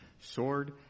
sword